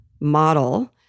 model